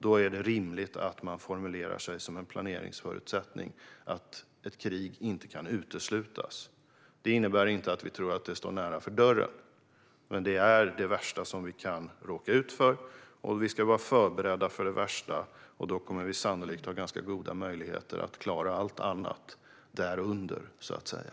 Därför är det rimligt att man som en planeringsförutsättning formulerar sig som att ett krig inte kan uteslutas. Det innebär inte att vi tror att det står nära för dörren, men det är det värsta vi kan råka ut för och vi ska vara förberedda på det värsta. Då kommer vi sannolikt att ha ganska goda möjligheter att klara allt annat därunder, så att säga.